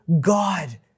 God